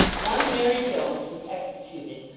one mary jones was executed,